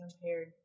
compared